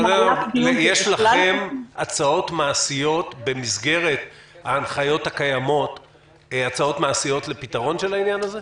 יש לכם הצעות מעשיות במסגרת ההנחיות הקיימות לפתרון של העניין הזה?